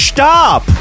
Stop